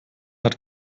hat